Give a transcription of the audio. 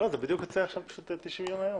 בדיוק 90 ימים מהיום.